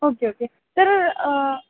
okay okay तर